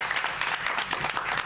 הכבוד.